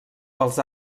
pels